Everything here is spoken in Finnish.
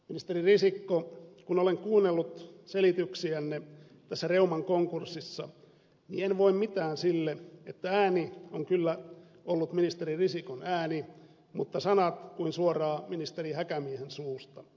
ministeri risikko kun olen kuunnellut selityksiänne tässä reuman konkurssissa niin en voi mitään sille että ääni on kyllä ollut ministeri risikon ääni mutta sanat kuin suoraan ministeri häkämiehen suusta